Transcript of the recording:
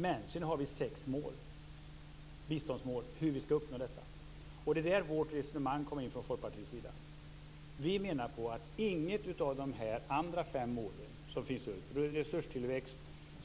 Men sedan har vi sex biståndsmål som vi skall uppnå. Det är där vårt resonemang från Folkpartiet kommer in. Vi menar att de andra fem målen - om resurstillväxt,